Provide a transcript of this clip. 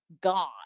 God